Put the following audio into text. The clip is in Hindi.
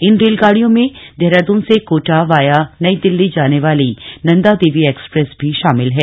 इन रेल गाड़ियों में देहरादून से कोटा वाया नई दिल्ली जाने वाली नंदा देवी एक्सप्रेस भी शामिल है